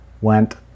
went